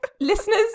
Listeners